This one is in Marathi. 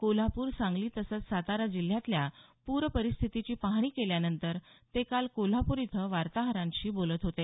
कोल्हापूर सांगली तसंच सातारा जिल्ह्यातल्या पूरपरिस्थितीची पाहणी केल्यानंतर ते काल कोल्हापूर इथं वार्ताहरांशी बोलत होते